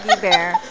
Bear